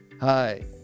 Hi